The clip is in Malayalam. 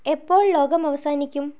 എപ്പോൾ ലോകം അവസാനിക്കും